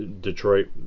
Detroit